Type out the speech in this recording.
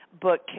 book